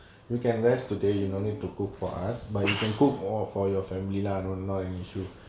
you can rest today you no need to cook for us but you can cook or for your family lah no don't an issue